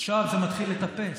עכשיו זה מתחיל לטפס.